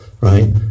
Right